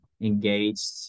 engaged